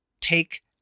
take